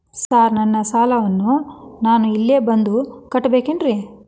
Sir ನನ್ನ ಸಾಲವನ್ನು ನಾನು ಇಲ್ಲೇ ಬಂದು ಕಟ್ಟಬೇಕೇನ್ರಿ?